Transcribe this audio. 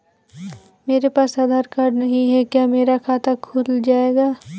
मेरे पास आधार कार्ड नहीं है क्या मेरा खाता खुल जाएगा?